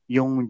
Yung